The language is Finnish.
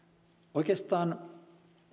oikeastaan